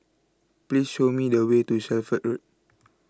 Please Show Me The Way to Shelford Road